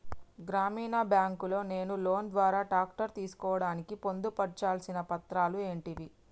గ్రామీణ బ్యాంక్ లో నేను లోన్ ద్వారా ట్రాక్టర్ తీసుకోవడానికి పొందు పర్చాల్సిన పత్రాలు ఏంటివి?